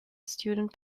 student